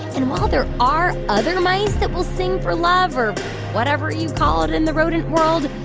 and while there are other mice that will sing for love or whatever you call it in the rodent world,